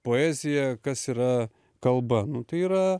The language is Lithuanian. poezija kas yra kalba nu tai yra